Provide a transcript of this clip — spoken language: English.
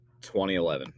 2011